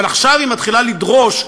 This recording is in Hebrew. ועכשיו היא מתחילה לדרוש,